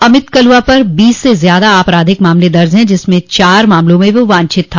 अमित कलवा पर बीस से ज्यादा आपराधिक मामले दर्ज है जिनमें से चार मामलों में वह वांछित था